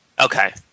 Okay